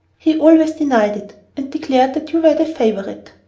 he always denied it, and declared that you were the favorite.